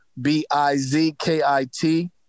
B-I-Z-K-I-T